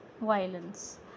violence